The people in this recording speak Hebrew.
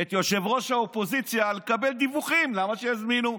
את ראש האופוזיציה לקבל דיווחים: למה שיזמינו?